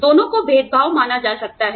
दोनों को भेदभाव माना जा सकता है